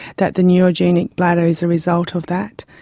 that the neurogenic bladder is a result of that.